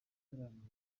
gutaramira